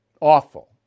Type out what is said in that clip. Awful